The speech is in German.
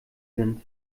sind